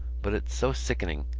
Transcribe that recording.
but it's so sickening.